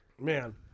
Man